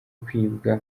kwibwa